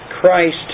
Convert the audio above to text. Christ